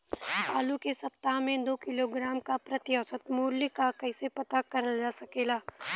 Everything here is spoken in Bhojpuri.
आलू के सप्ताह में दो किलोग्राम क प्रति औसत मूल्य क कैसे पता करल जा सकेला?